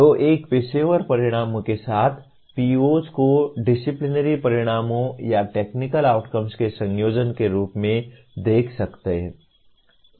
तो एक पेशेवर परिणामों के साथ POs को डिसिपिलिनरी परिणामों या टेक्निकल आउटकम्स के संयोजन के रूप में देख सकता है